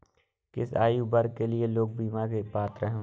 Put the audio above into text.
किस आयु वर्ग के लोग बीमा के लिए पात्र हैं?